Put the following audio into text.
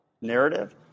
narrative